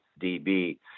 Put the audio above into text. DB